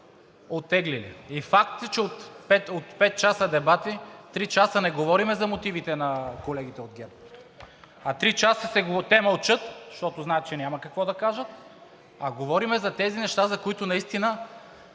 оттеглили. И факт е, че от пет часа дебати три часа не говорим за мотивите на колегите от ГЕРБ, три часа те мълчат, защото знаят, че няма какво да кажат, а говорим за тези неща, за които наистина